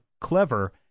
clever